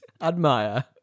Admire